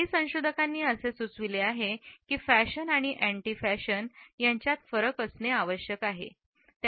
काही संशोधकांनी असे सुचविले आहे की फॅशन आणि अँटी फॅशन यांच्यात फरक असणे आवश्यक आहे